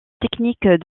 technique